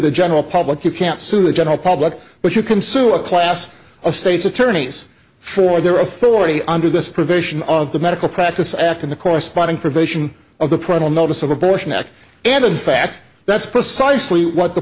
the general public you can't sue the general public but you can sue a class of states attorneys for their authority under this provision of the medical practice act in the corresponding provision of the primal notice of abortion act and in fact that's precisely what the